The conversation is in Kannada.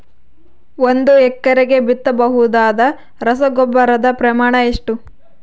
ಒಂದು ಎಕರೆಗೆ ಬಿತ್ತಬಹುದಾದ ರಸಗೊಬ್ಬರದ ಪ್ರಮಾಣ ಎಷ್ಟು?